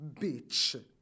Bitch